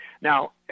Now